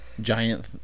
Giant